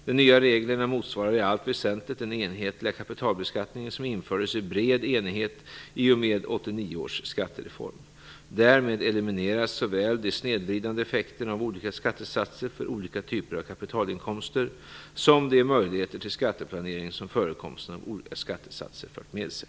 De nya reglerna motsvarar i allt väsentligt den enhetliga kapitalbeskattning som infördes i bred enighet i och med 1989 års skattereform. Därmed elimineras såväl de snedvridande effekterna av olika skattesatser för olika typer av kapitalinkomster som de möjligheter till skatteplanering som förekomsten av olika skattesatser fört med sig.